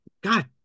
God